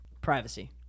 privacy